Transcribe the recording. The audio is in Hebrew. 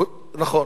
נכון.